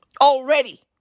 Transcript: Already